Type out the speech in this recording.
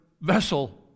vessel